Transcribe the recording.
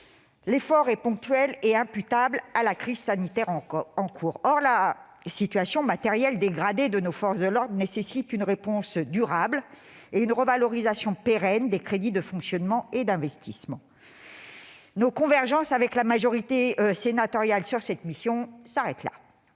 l'effort est ponctuel et imputable à la crise sanitaire en cours. Or la situation matérielle dégradée de nos forces de l'ordre nécessite une réponse durable et une revalorisation pérenne des crédits de fonctionnement et d'investissement. Nos convergences avec la majorité sénatoriale sur cette mission s'arrêtent là